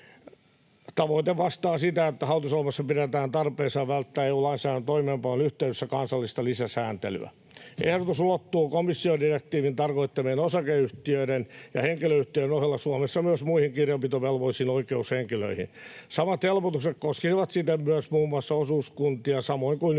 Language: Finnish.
Tavoite vastaa sitä, että hallitusohjelmassa pidetään tarpeellisena välttää EU-lainsäädännön toimeenpanon yhteydessä kansallista lisäsääntelyä. Ehdotus ulottuu komission direktiivin tarkoittamien osakeyhtiöiden ja henkilöyhtiöiden ohella Suomessa myös muihin kirjanpitovelvollisiin oikeushenkilöihin. Samat helpotukset koskevat siten myös muun muassa osuuskuntia, samoin kuin yhdistyksiä.